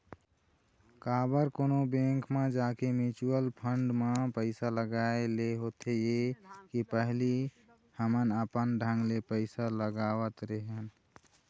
काबर कोनो बेंक म जाके म्युचुअल फंड म पइसा लगाय ले होथे ये के पहिली हमन अपन ढंग ले पइसा लगावत रेहे हन